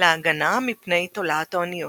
להגנה מפני תולעת האוניות.